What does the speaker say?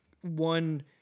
one